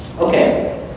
Okay